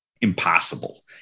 impossible